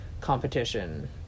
competition